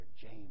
James